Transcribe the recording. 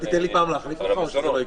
אתה תיתן לי פעם להחליף אותך או שזה לא יקרה?